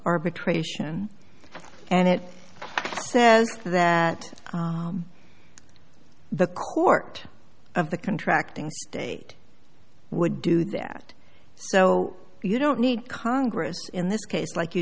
arbitration and it says that the court of the contracting state would do that so you don't need congress in this case like you